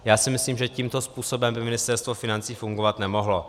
Já si myslím, že tímto způsobem by Ministerstvo financí fungovat nemohlo.